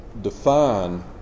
define